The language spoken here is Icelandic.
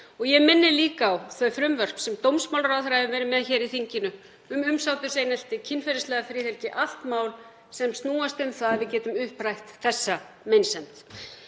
Ég minni líka á þau frumvörp sem dómsmálaráðherra hefur verið með hér í þinginu um umsáturseinelti, kynferðislega friðhelgi, sem eru mál sem snúast um að við getum upprætt þessa meinsemd.